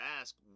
ask